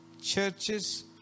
Churches